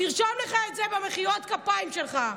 תרשום לך את זה במחיאות כפיים שלך.